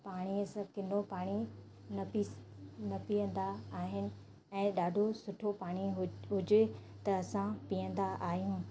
पाणी अस किनो पाणी न पीस न पीअंदा आहिनि ऐं ॾाढो सुठो पाणी हु हुजे त असां पीअंदा आहियूं